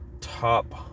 Top